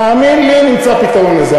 תאמין לי שנמצא פתרון לזה.